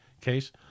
case